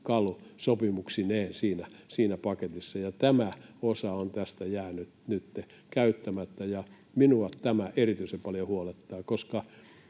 työkalu sopimuksineen siinä paketissa, ja tämä osa on tästä jäänyt nytten käyttämättä. Minua tämä erityisen paljon huolettaa, koska